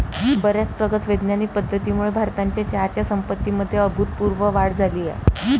बर्याच प्रगत वैज्ञानिक पद्धतींमुळे भारताच्या चहाच्या संपत्तीमध्ये अभूतपूर्व वाढ झाली आहे